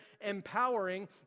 empowering